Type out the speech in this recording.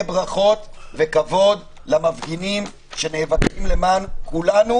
ברכות וכבוד למפגינים שנאבקים למען כולנו.